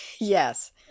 Yes